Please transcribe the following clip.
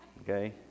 Okay